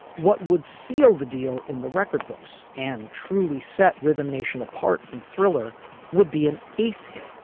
what would seal the deal in the record books and truly set rhythm nation apart from thriller would be an eighth hit.